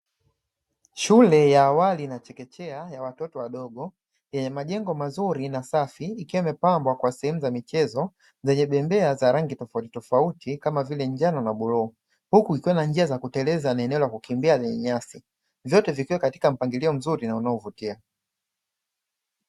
Shule ya awali na chekechea ya watoto wadogo, yenye majengo mazuri na safi ikiwa imepambwa kwa sehemu za michezo zenye bembea za rangi tofauti tofauti kama vile njano na bluu, huku zikiwa na njia za kuteleza na eneo la kukimbia na lenye nyasi, zote zikiwa katika mpangilio mzuri na unaovutia.